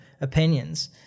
opinions